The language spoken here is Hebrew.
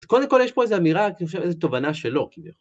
קודם כל יש פה איזו אמירה, אני חושב, איזו תובנה שלא.